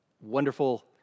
Wonderful